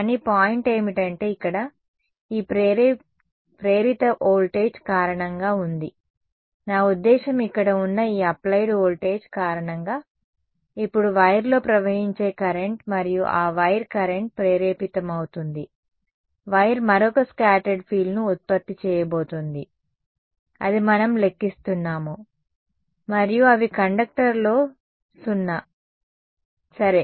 కానీ పాయింట్ ఏమిటంటే ఇక్కడ ఈ ప్రేరిత వోల్టేజ్ కారణంగా ఉంది నా ఉద్దేశ్యం ఇక్కడ ఉన్న ఈ అప్లైడ్ వోల్టేజ్ కారణంగా ఇప్పుడు వైర్ లో ప్రవహించే కరెంట్ మరియు ఆ వైర్ కరెంట్ ప్రేరేపితమవుతుంది వైర్ మరొక స్కాటర్డ్ ఫీల్డ్ను ఉత్పత్తి చేయబోతోంది అది మనం లెక్కిస్తున్నాము మరియు అవి కండక్టర్లో 0 సరే